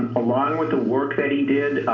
along with the work that he did,